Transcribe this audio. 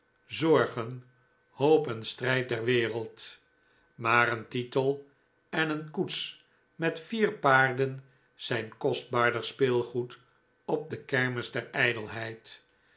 zorgen hoop en strijd der wereld maar een titel en een koets met vier paarden zijn kostbaarder speelgoed op de kermis der